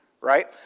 right